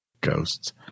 Ghosts